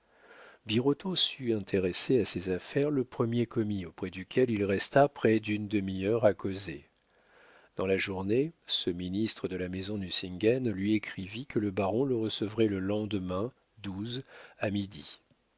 sut intéresser à ses affaires le premier commis auprès duquel il resta près d'une demi-heure à causer dans la journée ce ministre de la maison nucingen lui écrivit que le baron le recevrait le lendemain à midi